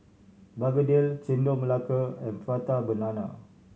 begedil Chendol Melaka and Prata Banana